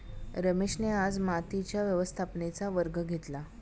रमेशने आज मातीच्या व्यवस्थापनेचा वर्ग घेतला